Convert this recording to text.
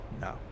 No